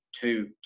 two